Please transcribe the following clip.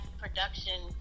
production